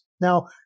Now